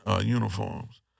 uniforms